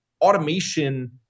Automation